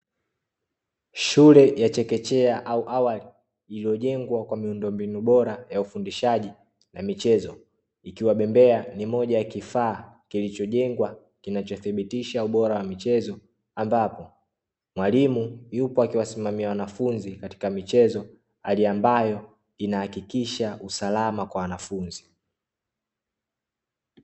Shule ya chekechea au awali, iliyojengwa kwa miundombinu bora ya ufundishaji na michezo, ikiwa bembea ni moja ya kifaa kilichojengwa kinachothibitisha ubora wa michezo, ambapo mwalimu yupo akiwasimamia wanafunzi katika michezo hali ambayo inahakikisha usalama kwa wanafunzi.